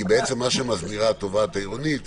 כי בעצם מה שמסבירה התובעת העירונית,